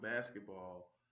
basketball